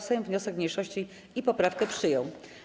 Sejm wniosek mniejszości i poprawkę przyjął.